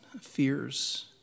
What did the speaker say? fears